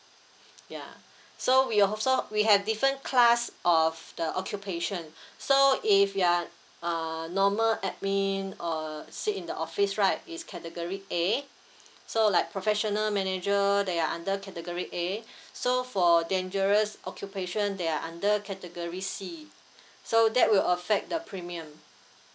ya so we also we have different class of the occupation so if you're uh normal admin or uh sit in the office right it's category A so like professional manager they are under category A so for dangerous occupation they are under category C so that will affect the premium